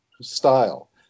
style